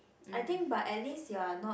I think but at least you are not